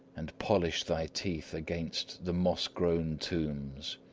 and polish thy teeth against the moss-grown tombs,